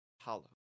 hollow